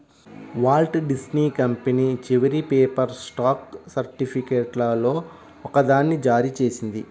Walt Disney company చివరి paper stock సర్టిఫికేట్లలో ఒకదాన్ని జారీ చేసింది